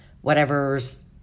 whatever's